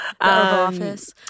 office